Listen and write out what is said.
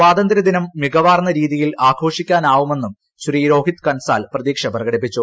സ്വാതന്ത്ര്യദിനം മികവാർന്ന രീതിയിൽ ആഘോഷിക്കാനാവുമെന്നും ശ്രീ രോഹിത് കൻസാൽ പ്രതീക്ഷപ്രകടിപ്പിച്ചു